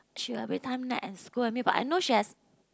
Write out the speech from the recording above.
she every time nag and scold me but I know she has